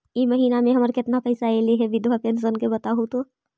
इ महिना मे हमर केतना पैसा ऐले हे बिधबा पेंसन के बताहु तो?